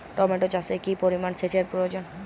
Tomato চাষে কি পরিমান সেচের প্রয়োজন?